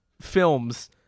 films